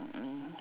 mm mm